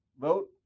vote